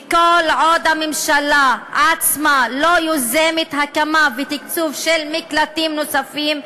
כל עוד הממשלה עצמה לא יוזמת הקמה ותקצוב של מקלטים נוספים,